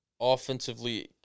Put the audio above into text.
offensively